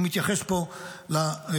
הוא מתייחס פה בסקפטיות,